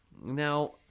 Now